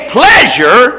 pleasure